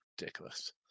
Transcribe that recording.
ridiculous